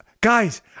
guys